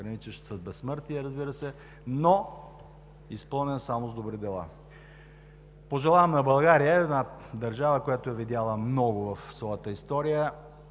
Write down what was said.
граничещ с безсмъртие, разбира се, но изпълнен само с добри дела. Пожелавам на България, една държава, която е видяла много в своята история,